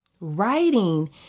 Writing